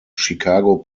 chicago